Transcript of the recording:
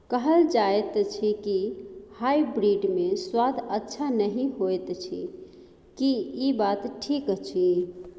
कहल जायत अछि की हाइब्रिड मे स्वाद अच्छा नही होयत अछि, की इ बात ठीक अछि?